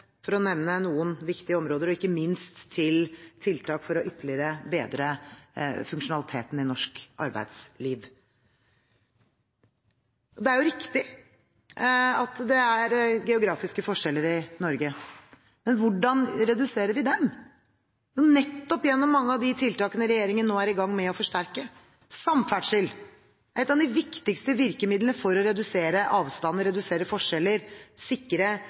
for å nevne noen viktige områder – og ikke minst til tiltak for ytterligere å bedre funksjonaliteten i norsk arbeidsliv. Det er riktig at det er geografiske forskjeller i Norge, men hvordan reduserer vi dem? Jo, nettopp gjennom mange av de tiltakene regjeringen nå er i gang med å forsterke. Samferdsel er et av de viktigste virkemidlene for å redusere avstander, for å redusere forskjeller og for å sikre